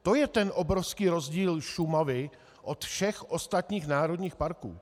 To je ten obrovský rozdíl Šumavy od všech ostatních národních parků.